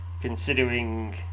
considering